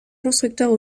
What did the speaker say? constructeurs